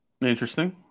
Interesting